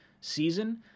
season